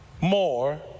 more